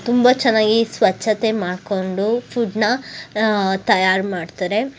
ತುಂಬ ಚೆನ್ನಾಗಿ ಸ್ವಚ್ಛತೆ ಮಾಡಿಕೊಂಡು ಫುಡ್ಡನ್ನ ತಯಾರು ಮಾಡ್ತಾರೆ